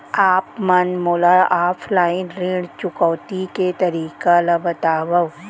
आप मन मोला ऑफलाइन ऋण चुकौती के तरीका ल बतावव?